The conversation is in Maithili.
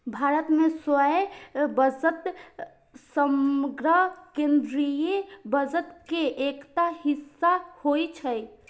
भारत मे सैन्य बजट समग्र केंद्रीय बजट के एकटा हिस्सा होइ छै